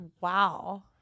Wow